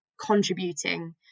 contributing